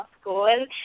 school